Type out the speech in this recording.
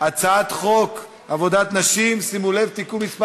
אני קובע שהצעת חוק עבודת נשים (תיקון מס'